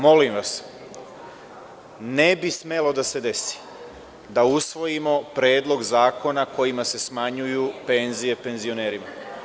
Molim vas ne bi smelo da se desi da usvojimo Predlog zakona kojima se smanjuju penzije penzionerima.